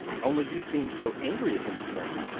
only you seemed so angry at him this morning.